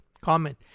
Comment